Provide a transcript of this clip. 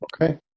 okay